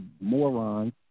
morons